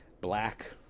Black